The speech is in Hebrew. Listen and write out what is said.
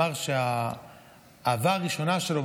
אמר שהאהבה הראשונה שלו,